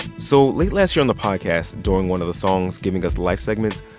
so late last year on the podcast, during one of the songs giving us life segments,